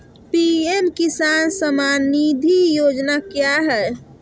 PM किसान सम्मान निधि योजना क्या है?